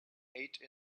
ate